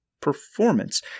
performance